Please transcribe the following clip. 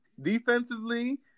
defensively